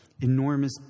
enormous